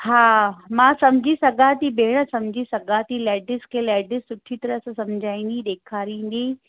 हा मां सम्झी सघां थी भेण सम्झी सघा थी लेडीस खे लेडीस सुठी तरह सां सम्झाईंदी ॾेखारींदी